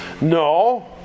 No